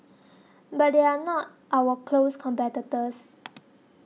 but they are not our close competitors